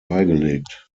beigelegt